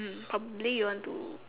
mm probably you want to